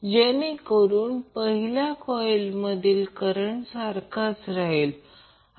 तर हे येथे ठेवले की XL L ω0 आणि XC 1ω C जे ω0 C आहे आणि फक्त सोडवा मला ते स्पष्ट करू द्या